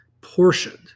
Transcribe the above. portioned